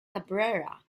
cabrera